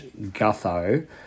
Gutho